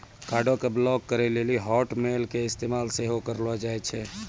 कार्डो के ब्लाक करे लेली हाटमेल के इस्तेमाल सेहो करलो जाय छै